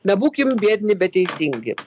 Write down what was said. na būkim biedni bet teisingi